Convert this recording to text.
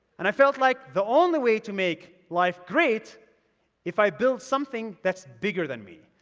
and i felt like the only way to make life great if i build something that's bigger than me.